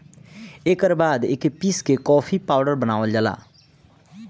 एकर बाद एके पीस के कॉफ़ी पाउडर बनावल जाला